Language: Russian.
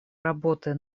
работы